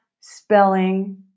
spelling